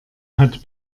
hat